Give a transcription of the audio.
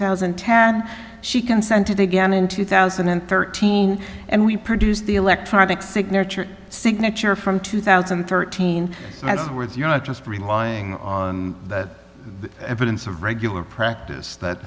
thousand and ten she consented again in two thousand and thirteen and we produced the electronic signature signature from two thousand and thirteen as words you're not just relying on evidence of regular practice that